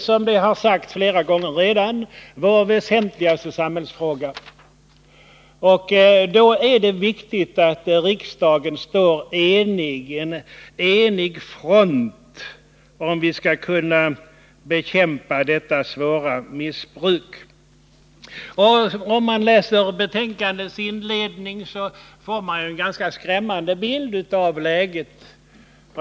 Som redan har sagts flera gånger är detta vår väsentligaste samhällsfråga. Då är det viktigt att riksdagen står enig. Det behövs en enig front om vi skall kunna bekämpa det svåra missbruk det här gäller. Om man läser betänkandets inledning, får man en ganska skrämmande bild av läget.